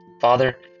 Father